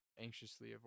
anxiously